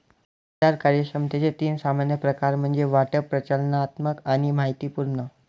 बाजार कार्यक्षमतेचे तीन सामान्य प्रकार म्हणजे वाटप, प्रचालनात्मक आणि माहितीपूर्ण